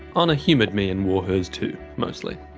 honor humoured me and wore hers too, mostly.